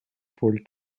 paul